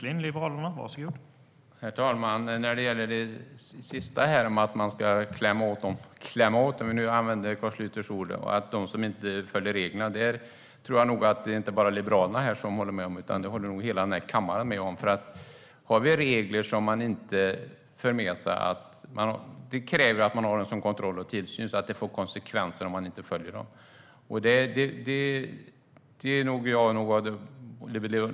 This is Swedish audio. Herr talman! När det gäller att klämma åt - för att använda Carl Schlyters ord - dem som inte följer reglerna är det nog inte bara Liberalerna som håller med, utan det håller nog hela den här kammaren med om. Har man regler kräver det att man har kontroll och tillsyn så att det får konsekvenser om reglerna inte följs.